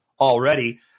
already